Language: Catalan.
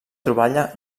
troballa